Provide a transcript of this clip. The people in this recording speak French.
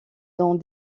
dans